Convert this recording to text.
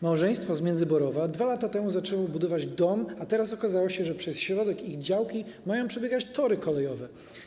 Małżeństwo z Międzyborowa 2 lata temu zaczęło budować dom, a teraz okazało się, że przez środek ich działki mają przebiegać tory kolejowe.